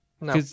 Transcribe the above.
No